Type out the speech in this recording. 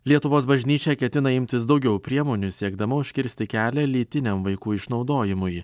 lietuvos bažnyčia ketina imtis daugiau priemonių siekdama užkirsti kelią lytiniam vaikų išnaudojimui